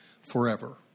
forever